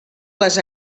les